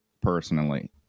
personally